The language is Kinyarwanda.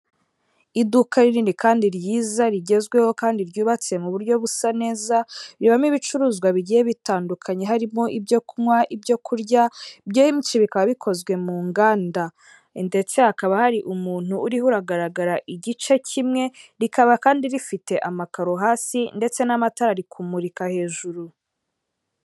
Iduka rinini kandi ryiza rigezweho kandi ryubatse mu buryo busa neza, ribamo ibicuruzwa bigiye bitandukanye, harimo ibyo kunywa, ibyo kurya, ibyinshi bikaba bikozwe mu nganda. Ndetse hakaba hari umuntu uriho uragaragara igice kimwe, rikaba kandi rifite amakaro hasi ndetse n'amatara ari kumurika hejuru.